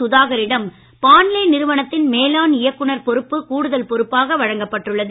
சுதாகரிடம் பாண்லே நிறுவனத்தின் மேலாண் இயக்குநர் பொறுப்பு கூடுதல் பொறுப்பாக வழங்கப்பட்டுள்ளது